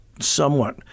somewhat